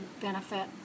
benefit